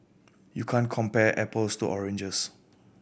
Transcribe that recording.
you can't compare apples to oranges